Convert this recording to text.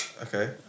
Okay